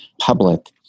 public